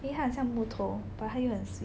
eh 他很像木头 but 他又很 sweet